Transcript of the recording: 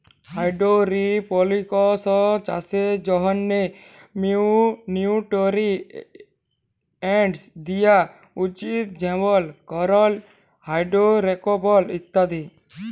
hydroponics চাষের জ্যনহে nutrients দিয়া উচিত যেমল কার্বল, হাইডোরোকার্বল ইত্যাদি